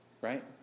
right